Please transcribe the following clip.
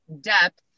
depth